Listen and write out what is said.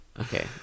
Okay